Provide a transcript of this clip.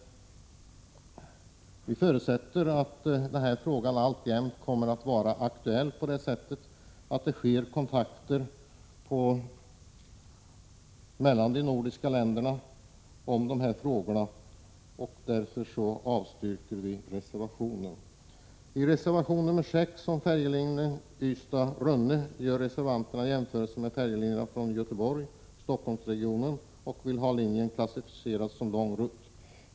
Vi förutsätter dock att frågan alltjämt kommer att hållas aktuell genom kontakter mellan de nordiska länderna. Med detta vill jag avstyrka reservationen. I reservation nr 6 om färjelinjen Ystad-Rönne gör reservanterna jämförelser med färjelinjerna från Göteborgsoch Stockholmsregionerna och vill ha linjen klassificerad som lång rutt.